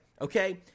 Okay